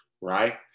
right